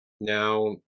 now